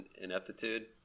ineptitude